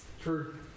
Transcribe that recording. True